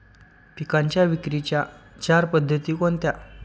पिकांच्या विक्रीच्या चार पद्धती कोणत्या?